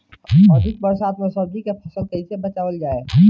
अधिक बरसात में सब्जी के फसल कैसे बचावल जाय?